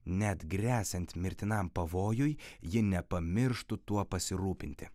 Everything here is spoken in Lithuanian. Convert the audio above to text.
net gresiant mirtinam pavojui ji nepamirštų tuo pasirūpinti